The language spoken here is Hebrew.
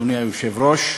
אדוני היושב-ראש,